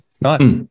nice